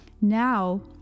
Now